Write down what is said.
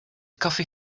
coffee